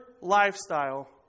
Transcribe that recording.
lifestyle